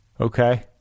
okay